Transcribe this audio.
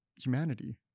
humanity